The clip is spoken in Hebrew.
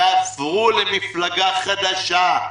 ועברו למפלגה חדשה,